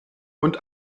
und